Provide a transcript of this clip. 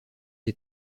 des